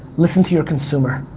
listen to your consumer.